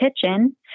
kitchen